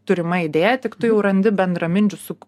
turima idėja tik tu jau randi bendraminčių su